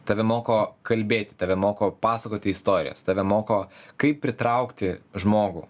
tave moko kalbėti tave moko pasakoti istorijas tave moko kaip pritraukti žmogų